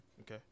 Okay